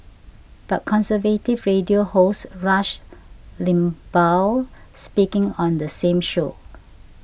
but conservative radio host Rush Limbaugh speaking on the same show